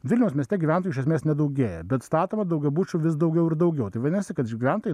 vilniaus mieste gyventojų iš esmės nedaugėja bet statoma daugiabučių vis daugiau ir daugiau tai vadinasi kad gyventojai